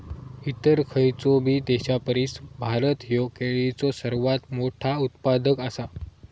इतर खयचोबी देशापरिस भारत ह्यो केळीचो सर्वात मोठा उत्पादक आसा